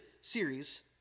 series